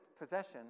possession